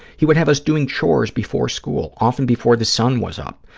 he would have us doing chores before school, often before the sun was up.